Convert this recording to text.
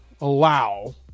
Allow